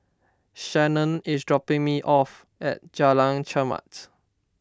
Shannan is dropping me off at Jalan Chermat